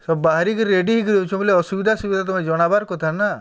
ସବୁ ବାହାରିକି ରେଡ଼ି ହେଇକରି ଅଛୁ ବେଲେ ଅସୁବିଧା ସୁବିଧା ତମେ ଜଣବାର୍ କଥା ନା